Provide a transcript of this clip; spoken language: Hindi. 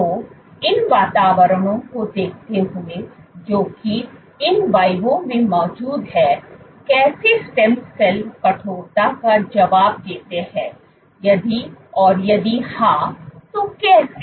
तो इन वातावरणों को देखते हुए जो कि in vivo में मौजूद हैं कैसे स्टेम सेल कठोरता का जवाब देते हैं यदि और यदि हां तो कैसे